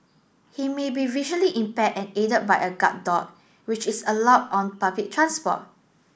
he may be visually impaired and aided by a guard dog which is allowed on public transport